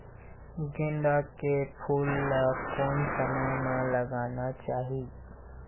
गेंदा के फूल ला कोन समय मा लगाना चाही?